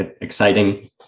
exciting